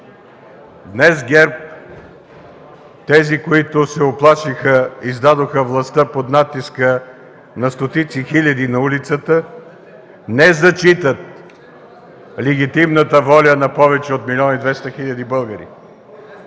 Днес ГЕРБ – тези, които се уплашиха и сдадоха властта под натиска на стотици хиляди на улицата, не зачитат легитимната воля на повече от милион и